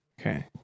Okay